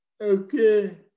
Okay